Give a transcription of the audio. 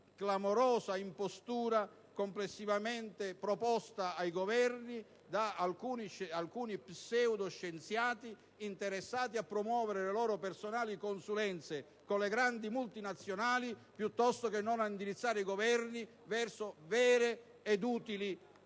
clamorosa impostura complessivamente proposta ai Governi da alcuni pseudoscienziati interessati a promuovere le loro personali consulenze con le grandi multinazionali piuttosto che non a indirizzare i Governi verso vere ed utili